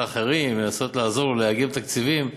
אחרים ולנסות לעזור לו לארגן תקציבים,